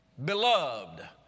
Beloved